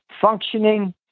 functioning